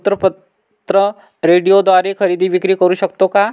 वृत्तपत्र, रेडिओद्वारे खरेदी विक्री करु शकतो का?